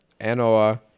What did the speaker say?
Anoa